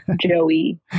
Joey